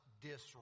disrupt